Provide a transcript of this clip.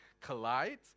collide